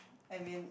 I've been